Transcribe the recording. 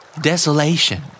Desolation